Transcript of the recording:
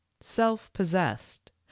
self-possessed